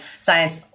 science